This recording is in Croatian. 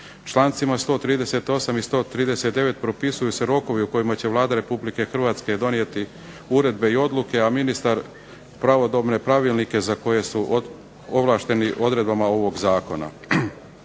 Člancima 138. i 139. propisuju se rokovi u kojima će Vlada Republike Hrvatske donijeti uredbe i odluke, a ministar pravodobne pravilnike za koje su ovlašteni odredbama ovog zakona.